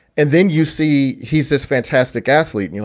and then you see, he's this fantastic athlete. you